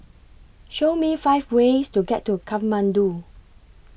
Show Me five ways to get to Kathmandu